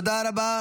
תודה רבה.